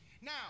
Now